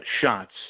shots